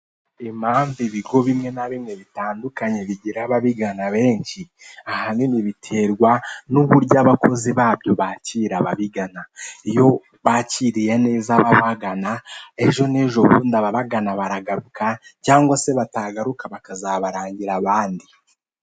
Impamvu ibigo bimwe na bimwe bitandukanye bigira ababigana benshi, ahanini biterwa n'uburyo abakozi babyo bakira ababigana, iyo bakiriye neza ababigana ejo n'ejobundi ababigana baragaruka cyangwa se batagaruka bakazabarangira abandi.